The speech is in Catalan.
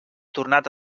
tornat